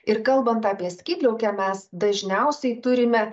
ir kalbant apie skydliaukę mes dažniausiai turime